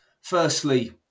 firstly